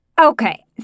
Okay